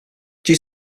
due